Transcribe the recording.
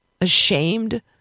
ashamed